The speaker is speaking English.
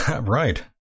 Right